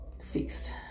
Feast